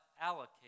allocate